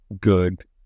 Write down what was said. good